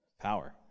Power